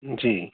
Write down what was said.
ਜੀ